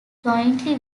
jointly